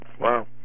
Wow